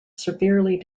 severely